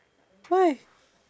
why